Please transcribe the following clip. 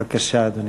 בבקשה, אדוני,